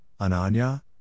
Ananya